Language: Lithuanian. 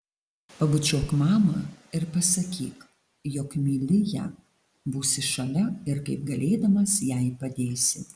pabučiuok mamą ir pasakyk jog myli ją būsi šalia ir kaip galėdamas jai padėsi